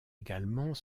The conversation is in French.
également